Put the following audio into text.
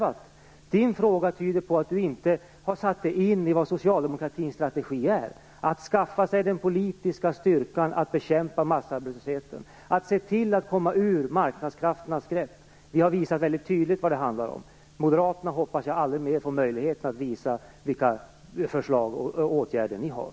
Marietta de Pourbaix-Lundins fråga tyder på att hon inte har satt sig in i vilken socialdemokraternas strategi är, nämligen att skaffa sig den politiska styrkan för att kunna bekämpa massarbetslösheten, att se till att komma ur marknadskrafternas grepp. Vi har visat väldigt tydligt vad det hela handlar om. Jag hoppas att moderaterna aldrig mer får möjlighet att visa de förslag och åtgärder som de har.